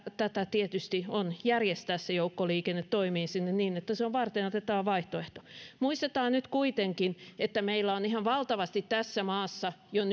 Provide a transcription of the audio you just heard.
tätä tietysti on järjestää se joukkoliikenne toimimaan sinne niin että se on varteenotettava vaihtoehto muistetaan nyt kuitenkin että meillä on tässä maassa ihan valtavasti jo